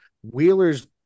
Wheeler's